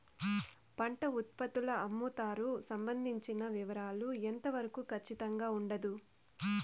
పంట ఉత్పత్తుల అమ్ముతారు సంబంధించిన వివరాలు ఎంత వరకు ఖచ్చితంగా ఉండదు?